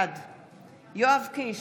בעד יואב קיש,